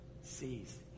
sees